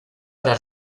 para